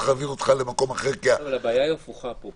צריך להעביר אותך למקום אחר --- אבל הבעיה היא הפוכה פה.